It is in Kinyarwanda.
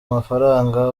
amafaranga